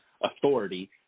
authority